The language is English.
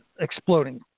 exploding